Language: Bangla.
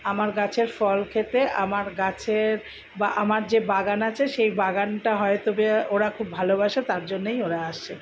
আমার গাছের ফল খেতে আমার গাছের বা আমার যে বাগান আছে সেই বাগানটা হয়তো ওরা খুব ভালোবাসে তার জন্যই ওরা আসে